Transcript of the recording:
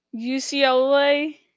UCLA